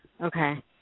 Okay